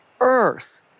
earth